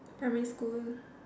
primary school